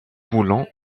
boulons